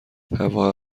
هوا